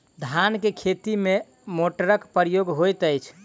धान केँ खेती मे केँ मोटरक प्रयोग होइत अछि?